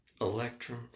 Electrum